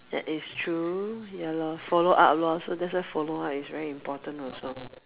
that is true ya lor follow up lor so that's why follow up is very important also